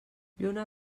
lluna